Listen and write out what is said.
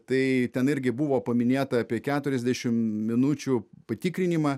tai ten irgi buvo paminėta apie keturiasdešimt minučių patikrinimą